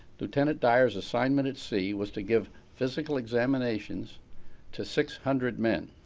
lieutenant dyer's assignment at sea was to give physical examinations to six hundred men.